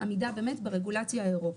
עמידה ברגולציה האירופית.